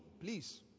please